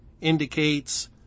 indicates